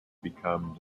become